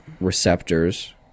receptors